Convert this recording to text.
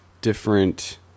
different